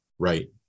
Right